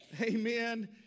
Amen